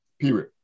period